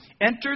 Enter